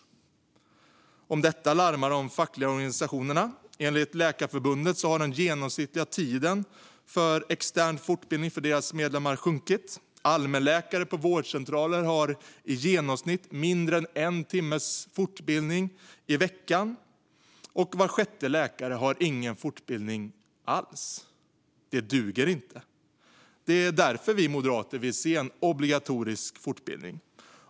Om detta larmar de fackliga organisationerna. Enligt Läkarförbundet har den genomsnittliga tiden för extern fortbildning för deras medlemmar sjunkit. Allmänläkare på vårdcentraler får i genomsnitt mindre än en timmes fortbildning i veckan, och var sjätte läkare får ingen fortbildning alls. Det duger inte. Det är därför vi moderater vill se en obligatorisk fortbildning.